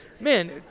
man